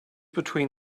between